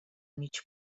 mig